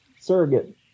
surrogate